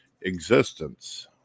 existence